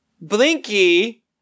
Blinky